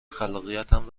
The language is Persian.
خلاقیتم